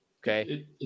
okay